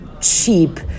cheap